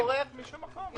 אני לא בורח לשום מקום,